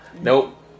Nope